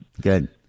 Good